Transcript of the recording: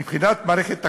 מבחינת מערכת החינוך,